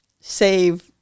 save